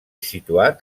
situat